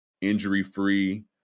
injury-free